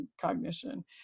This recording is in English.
cognition